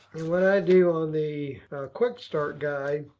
and what i do on the quick start guide,